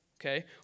okay